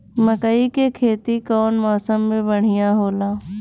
मकई के खेती कउन मौसम में बढ़िया होला?